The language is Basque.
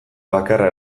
bakarra